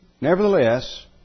Nevertheless